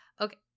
Okay